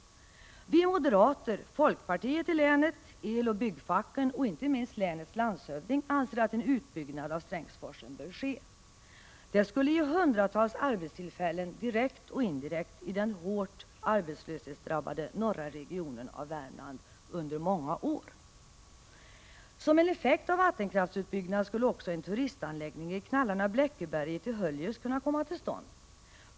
Vi moderater, folkpartiet i länet, eloch byggnadsfacken och inte minst länets landshövding anser att en utbyggnad av Strängsforsen bör ske. Det skulle ge hundratals arbetstillfällen — direkt och indirekt — i den hårt arbetslöshetsdrabbade norra regionen i Värmland under många år. Som en effekt av en vattenkraftsutbyggnad skulle också en turistanläggning i Knallarna-Bleckeberget i Höljes kunna komma till stånd.